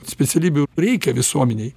specialybių reikia visuomenei